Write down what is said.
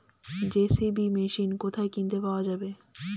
JCB machine কোথায় কিনতে পাওয়া যাবে?